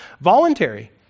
voluntary